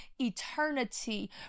eternity